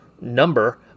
number